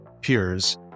peers